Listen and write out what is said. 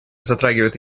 затрагивает